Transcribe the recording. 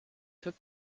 took